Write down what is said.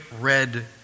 red